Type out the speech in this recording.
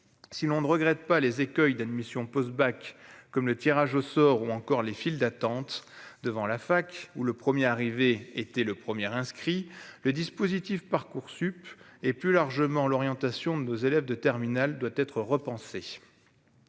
si l'on ne regrette pas les écueils d'admission post-bac, comme le tirage au sort, ou encore les files d'attente devant la fac ou le 1er arrivé était le premier inscrit le dispositif Parcoursup et plus largement l'orientation de nos élèves de terminale doit être repensé